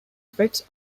effects